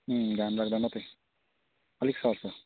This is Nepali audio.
अँ घाम लाग्दा मात्रै अलिक सर्छ